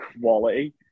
quality